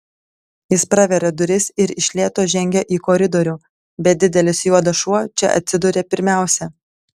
jis praveria duris ir iš lėto žengia į koridorių bet didelis juodas šuo čia atsiduria pirmiausia